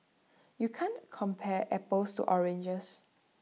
you can't compare apples to oranges